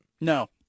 No